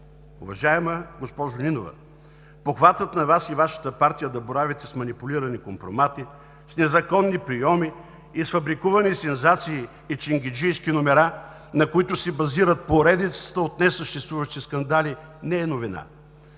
Уважаема госпожо Нинова, похватът на Вас и Вашата партия да боравите с манипулирани компромати, с незаконни прийоми, изфабрикувани сензации и ченгеджийски номера, на които се базират поредицата от несъществуващи скандали, не е новина.